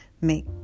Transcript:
make